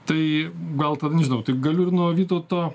tai gal tada nežinau tai galiu ir nuo vytauto